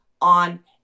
on